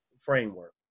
framework